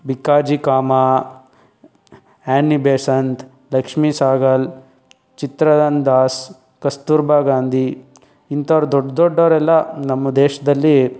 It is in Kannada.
ಭಿಕಾಜಿ ಕಾಮ ಆ್ಯನಿ ಬೆಸೆಂತ್ ಲಕ್ಷ್ಮಿ ಸಾಗಲ್ ಚಿತ್ರಂದಾಸ್ ಕಸ್ತೂರಭಾ ಗಾಂಧಿ ಇಂಥವರು ದೊಡ್ಡ ದೊಡ್ಡವ್ರೆಲ್ಲ ನಮ್ಮ ದೇಶದಲ್ಲಿ